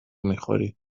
میخوری